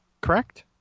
correct